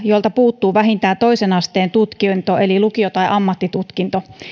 jolta puuttuu vähintään toisen asteen tutkinto eli lukio tai ammattitutkinto seitsemäntoista prosenttia ikäluokasta